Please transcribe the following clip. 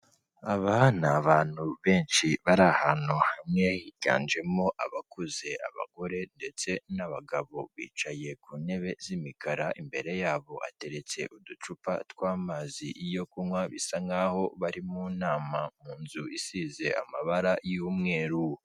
Aba ni abantu benshi, bari ahantu hamwe , higanjemo abakuze, abagore ndetse n'abagabo, bicaye ku ntebe z'imikara, imbere yabo Hateretse uducupa tw'amazi yo kunywa, bisa nk'aho bari mu nama, mu nzu isize amabara y'umweru.